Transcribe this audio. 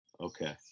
Okay